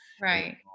Right